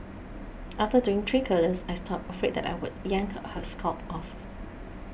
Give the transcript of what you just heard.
after doing three curlers I stopped afraid that I would yank her scalp off